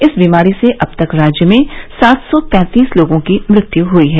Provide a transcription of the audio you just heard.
इस बीमारी से अब तक राज्य में सात सौ पैतीस लोगों की मृत्यु हुई है